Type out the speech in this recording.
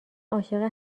عاشق